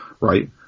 right